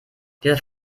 dieser